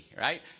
right